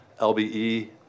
LBE